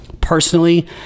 Personally